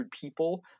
people